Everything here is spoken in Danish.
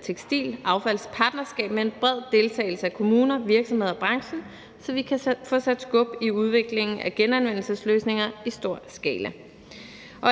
et tekstilaffaldspartnerskab med en bred deltagelse af kommuner, virksomheder og branchen, så vi kan få sat skub i udviklingen af genanvendelsesløsninger i stor skala.